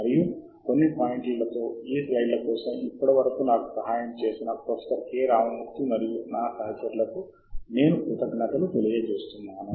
వేరే పదాల్లో మీరు ఒక వ్యాసం లేదా పరిశోధనా గ్రంధము రాయాలనుకుంటే మరియు మీరు మీ సాహిత్య సమాచారమును కోరుకుంటే డేటా ఫైల్ మార్చటానికి అప్పుడు అవలంబించడానికి ఒక విధానం ఉంది మరియు ఇక్కడ నేను మీకు ఆ విధానాన్ని చూపిస్తున్నాను